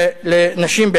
לנשים,